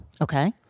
Okay